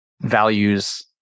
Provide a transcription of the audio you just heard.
values